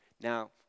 Now